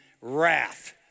wrath